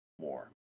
more